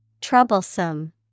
Troublesome